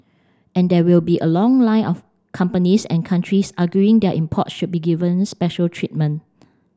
and there will be a long line of companies and countries arguing their imports should be given special treatment